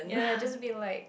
ya just be like